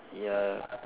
ya